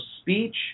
speech